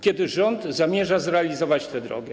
Kiedy rząd zamierza zrealizować tę drogę?